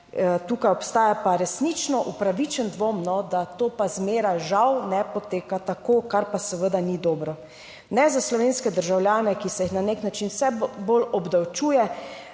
tukaj obstaja pa resnično upravičen dvom, da to pa zmeraj žal ne poteka tako, kar pa seveda ni dobro ne za slovenske državljane, ki se jih na nek način vse bolj obdavčuje,